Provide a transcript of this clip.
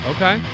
Okay